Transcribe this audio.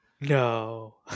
No